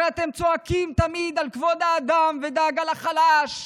הרי אתם צועקים תמיד על כבוד האדם ודאגה לחלשה,